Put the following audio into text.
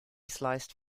sliced